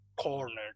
cornered